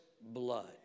blood